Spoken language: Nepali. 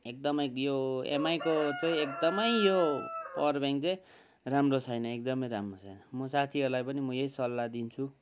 एकदमै यो एमआईको चाहिँ एकदमै यो पावर ब्याङ्क चाहिँ राम्रो छैन एकदमै राम्रो छैन म साथीहरूलाई पनि म यही सल्लाह दिन्छु